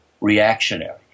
reactionary